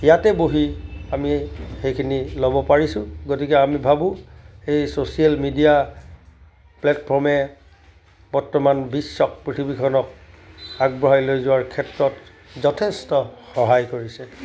ইয়াতে বহি আমি সেইখিনি ল'ব পাৰিছোঁ গতিকে আমি ভাবোঁ সেই ছ'চিয়েল মিডিয়া প্লেটফৰ্মে বৰ্তমান বিশ্বক পৃথিৱীখনক আগবঢ়াই লৈ যোৱাৰ ক্ষেত্ৰত যথেষ্ট সহায় কৰিছে